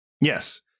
Yes